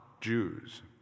Jews